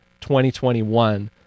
2021